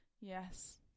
Yes